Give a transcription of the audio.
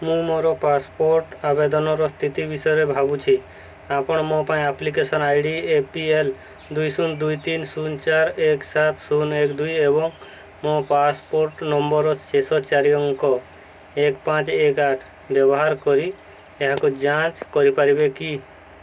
ମୁଁ ମୋର ପାସପୋର୍ଟ ଆବେଦନର ସ୍ଥିତି ବିଷୟରେ ଭାବୁଛି ଆପଣ ମୋ ପାଇଁ application I D A P L ଦୁଇ ଶୂନ ଦୁଇ ଶୂନ ତିନି ଶୂନ ଚାରି ଏକ ସାତ ଶୂନ ଏକ ଦୁଇ ଏବଂ ମୋ ପାସପୋର୍ଟ ନମ୍ବର୍ର ଶେଷ ଚାରି ଅଙ୍କ ଏକ ପାଞ୍ଚ ଏକ ଆଠ ବ୍ୟବହାର କରି ଏହାକୁ ଯାଞ୍ଚ କରିପାରିବେ କି